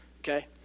Okay